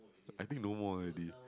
I think no more already